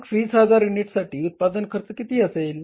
मग 20000 युनिट्ससाठी उत्पादन खर्च किती असेल